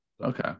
Okay